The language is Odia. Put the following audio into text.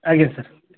ଆଜ୍ଞା ସାର୍